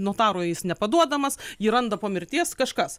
notarui jis nepaduodamas jį randa po mirties kažkas